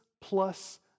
plus